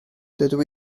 dydw